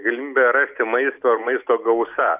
galimybė rasti maisto ir maisto gausa